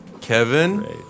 Kevin